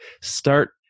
start